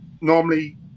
normally